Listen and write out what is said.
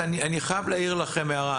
אני חייב להעיר לכם הערה.